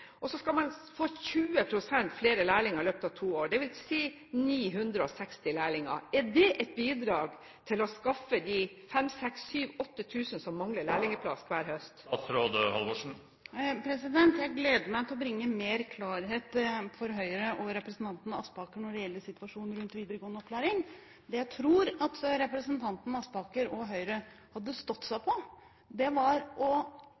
Så skal man få 20 pst. flere lærlinger i løpet av to år, dvs. 960 lærlinger. Er det et bidrag til å skaffe lærlingeplass til de 5 000–8 000 som mangler dette hver høst? Jeg gleder meg til å bringe mer klarhet for Høyre og representanten Aspaker i situasjonen rundt videregående opplæring. Det jeg tror at representanten Aspaker og Høyre hadde stått seg